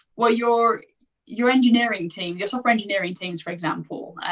well your your engineering team, your software engineering teams for example,